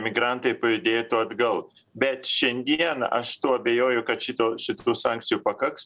migrantai pajudėtų atgal bet šiandien aš tuo abejoju kad šito šitų sankcijų pakaks